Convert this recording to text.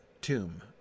tomb